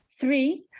Three